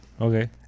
Okay